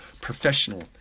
professional